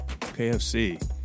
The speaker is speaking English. KFC